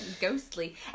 ghostly